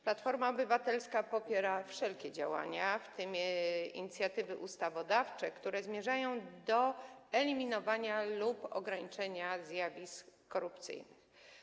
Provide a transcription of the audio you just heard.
Platforma Obywatelska popiera wszelkie działania, w tym inicjatywy ustawodawcze, które zmierzają do eliminowania lub ograniczenia zjawisk korupcyjnych.